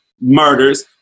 murders